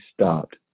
stopped